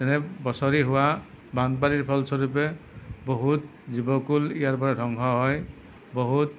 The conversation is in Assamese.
যেনে বছৰি হোৱা বানপানীৰ ফলস্বৰূপে বহুত জীৱকূল ইয়াৰ পৰা ধ্বংস হয় বহুত